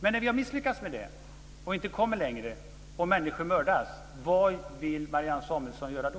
Men när vi har misslyckats med det, när vi inte kommer längre och människor mördas - vad vill Marianne Samuelsson göra då?